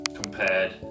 compared